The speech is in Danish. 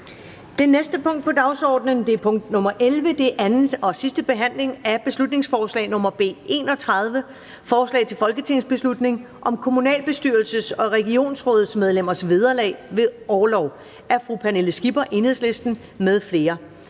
Det næste punkt på dagsordenen er: 11) 2. (sidste) behandling af beslutningsforslag nr. B 31: Forslag til folketingsbeslutning om kommunalbestyrelses- og regionsrådsmedlemmers vederlag ved orlov. Af Pernille Skipper (EL) m.fl.